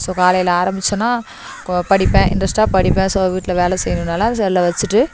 so காலையில் ஆரம்பிச்சேன்னா கோ படிப்பேன் இன்ட்ரெஸ்ட்டாக படிப்பேன் ஸோ வீட்டில் வேலை செய்யணும்னால செல்லை வச்சிட்டு